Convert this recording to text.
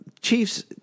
Chiefs